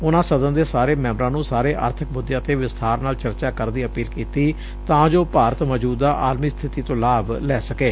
ਉਨਾਂ ਸਦਨ ਦੇ ਸਾਰੇ ਮੈਬਰਾਂ ਨੂੰ ਸਾਰੇ ਆਰਬਿਕ ਮੁੱਦਿਆਂ ਤੇ ਵਿਸਬਾਰ ਨਾਲ ਚਰਚਾ ਕਰਨ ਦੀ ਅਪੀਲ ਕੀਤੀ ਤਾਂ ਜੋ ਭਾਰਤ ਮੌਜੁਦਾ ਆੱਲਮੀ ਸਬਿਤੀ ਤੋਂ ਲਾਭ ਲੈ ਸਕੇ